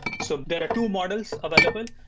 so but two models available.